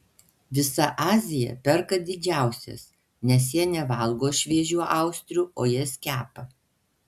visa azija perka didžiausias nes jie nevalgo šviežių austrių o jas kepa